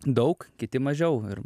daug kiti mažiau ir